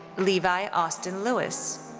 levi austin lewis.